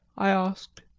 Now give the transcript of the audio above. i asked.